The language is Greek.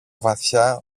βαθιά